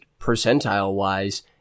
percentile-wise